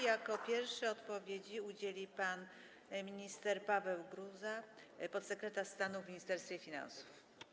Jako pierwszy odpowiedzi udzieli pan minister Paweł Gruza, podsekretarz stanu w Ministerstwie Finansów.